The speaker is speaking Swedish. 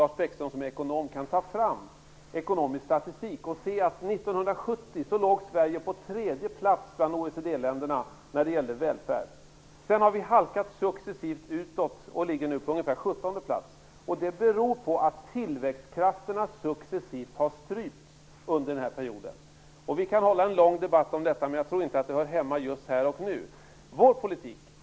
Lars Bäckström, som är ekonom, kan nog ta fram ekonomisk statistik. Då ser han att Sverige 1970 låg på tredje plats bland OECD-länderna när det gällde välfärden. Sedan har vi successivt halkat ned. Nu ligger vi på ungefär sjuttonde plats. Det beror på att tillväxtkrafterna har strypts under den här perioden. Vi kan hålla en lång debatt om detta, men jag tror inte att det hör hemma just här och nu.